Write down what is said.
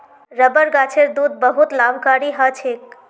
rubber गाछेर दूध बहुत लाभकारी ह छेक